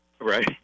right